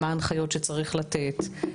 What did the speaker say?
מה ההנחיות שצריך לתת,